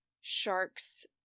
shark's